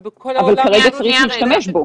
אבל כרגע צריך להשתמש בו,